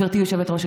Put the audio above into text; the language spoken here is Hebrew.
גברתי היושבת-ראש,